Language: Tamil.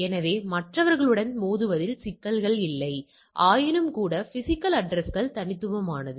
எனவே மற்றவர்களுடன் மோதுவதில் சிக்கல் இல்லை ஆயினும்கூட பிஸிக்கல் அட்ரஸ்கள் தனித்துவமானது